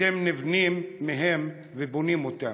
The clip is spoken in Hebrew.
אתם נבנים מהם ובונים אותם,